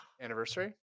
anniversary